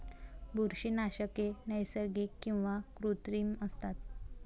बुरशीनाशके नैसर्गिक किंवा कृत्रिम असतात